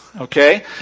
Okay